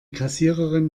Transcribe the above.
kassiererin